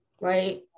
right